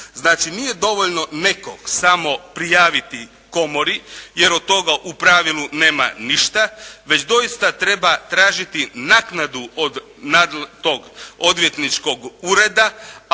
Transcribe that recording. Znači, nije dovoljno nekog samo prijaviti Komori, jer od toga u pravilu nema ništa, već doista treba tražiti naknadu od tog odvjetničkog ureda.